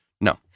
No